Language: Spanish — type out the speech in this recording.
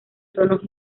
tonos